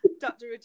Dr